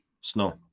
snow